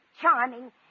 charming